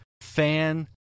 fan